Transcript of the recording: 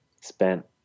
spent